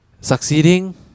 succeeding